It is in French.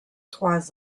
trois